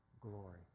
glory